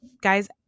guys